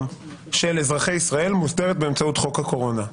של אזרחי ישראל מוסדרת באמצעות חוק הקורונה.